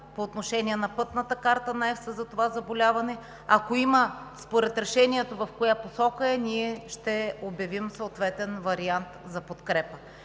по отношение на пътната карта на Европейски съюз за това заболяване – ако има, според решението в коя посока е, ние ще обявим съответен вариант за подкрепа.